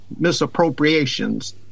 misappropriations